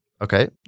Okay